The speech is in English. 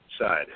side